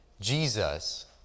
Jesus